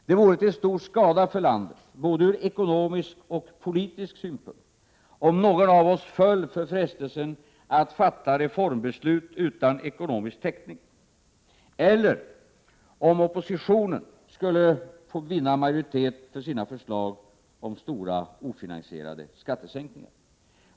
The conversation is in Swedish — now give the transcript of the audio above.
Det vore till stor skada för landet ur både ekonomisk och politisk synpunkt om någon av oss föll för frestelsen att fatta reformbeslut utan ekonomisk täckning, eller om oppositionen skulle vinna majoritet för sina förslag om stora ofinansierade skattesänkningar.